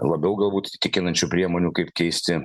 labiau galbūt įtikinančių priemonių kaip keisti